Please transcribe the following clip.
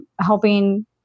helping